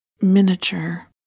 miniature